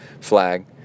Flag